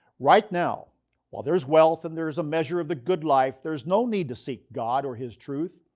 right now while there is wealth and there is a measure of the good life there is no need to seek god or his truth.